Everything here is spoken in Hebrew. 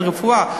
אין רפואה.